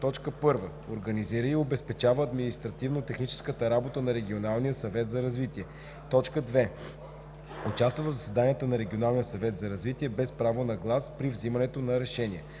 съвета: 1. организира и обезпечава административно-техническата работа на регионалния съвет за развитие; 2. участва в заседанията на регионалния съвет за развитие без право на глас при вземането на решения.